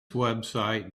website